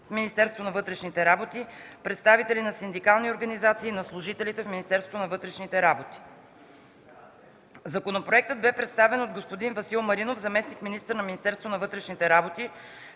в МВР, представители на синдикални организации на служителите в МВР. Законопроектът бе представен от господин Васил Маринов – заместник-министър на